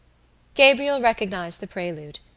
gabriel recognised the prelude.